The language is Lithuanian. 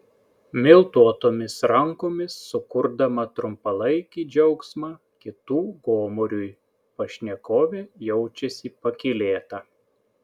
miltuotomis rankomis sukurdama trumpalaikį džiaugsmą kitų gomuriui pašnekovė jaučiasi pakylėta